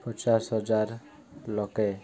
ପଚାଶ ହଜାର ଲକ୍ଷେ